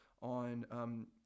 on –